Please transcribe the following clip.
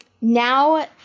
now